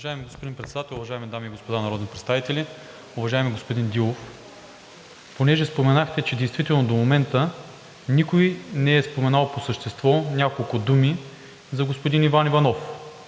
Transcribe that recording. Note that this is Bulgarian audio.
Уважаеми господин Председателстващ, уважаеми дами и господа народни представители! Уважаеми господин Дилов, понеже споменахте, че действително до момента никой не е споменал по същество няколко думи за господин Иван Иванов